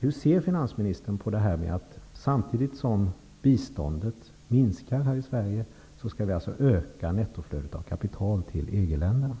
Hur ser finansministern på det faktum att vi, samtidigt som det svenska biståndet minskar, skall öka nettoflödet av kapital till EG-länderna?